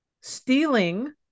stealing